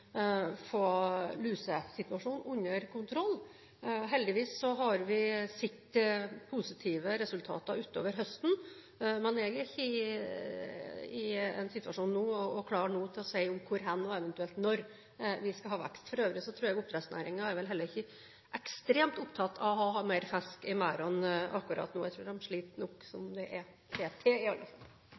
få lusesituasjonen under kontroll. Heldigvis har vi sett positive resultater utover høsten. Men jeg er ikke i en situasjon nå hvor jeg er klar til å si hvor og eventuelt når vi skal ha vekst. For øvrig tror jeg oppdrettsnæringen heller ikke er ekstremt opptatt av å ha mer fisk i merdene akkurat nå. Jeg tror de sliter nok som det er,